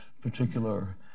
particular